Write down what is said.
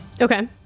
Okay